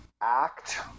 act